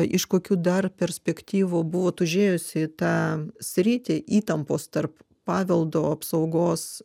iš kokių dar perspektyvų buvot užėjusi į tą sritį įtampos tarp paveldo apsaugos